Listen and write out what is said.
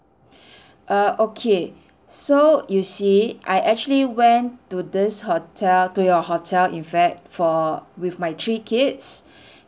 uh okay so you see I actually went to this hotel to your hotel in fact for with my three kids